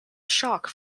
shock